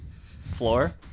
floor